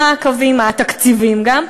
מה הקווים התקציביים גם,